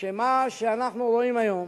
שמה שאנחנו רואים היום